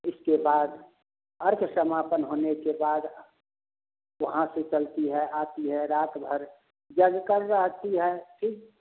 इसके बाद अर्ग समापन होने के बाद वहाँ से चलती हैं आती हैं रात भर जब निकल जाती है फिर